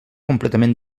completament